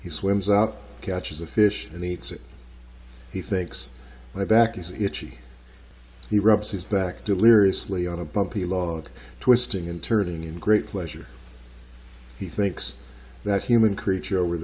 he swims out catches the fish and eats he thinks my back is itchy he rubs his back deliriously on a bumpy log twisting and turning in great pleasure he thinks that human creature over